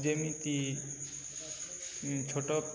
ଯେମିତି ଛୋଟ